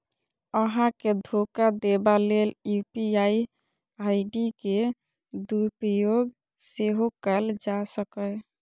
अहां के धोखा देबा लेल यू.पी.आई आई.डी के दुरुपयोग सेहो कैल जा सकैए